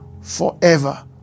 forever